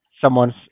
someone's